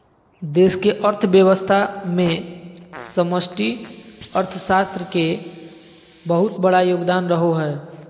देश के अर्थव्यवस्था मे समष्टि अर्थशास्त्र के बहुत बड़ा योगदान रहो हय